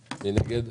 מי נגד?